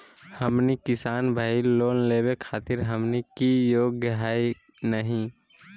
हमनी किसान भईल, लोन लेवे खातीर हमनी के योग्य हई नहीं?